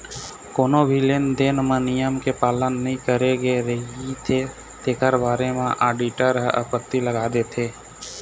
कोनो भी लेन देन म नियम के पालन नइ करे गे रहिथे तेखर बारे म आडिटर ह आपत्ति लगा देथे